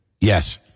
Yes